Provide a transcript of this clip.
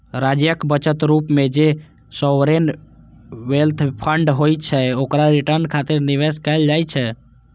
राज्यक बचत रूप मे जे सॉवरेन वेल्थ फंड होइ छै, ओकरा रिटर्न खातिर निवेश कैल जाइ छै